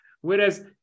Whereas